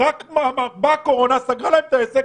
אלא שהקורונה סגרה להם את העסק.